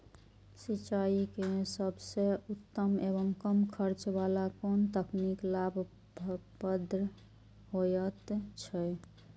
सिंचाई के सबसे उत्तम एवं कम खर्च वाला कोन तकनीक लाभप्रद होयत छै?